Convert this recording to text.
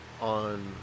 on